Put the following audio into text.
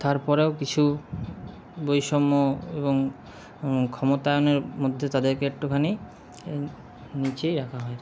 তারপরেও কিছু বৈষম্য এবং ক্ষমতায়নের মধ্যে তাদেরকে একটুখানি নিচেই রাখা হয়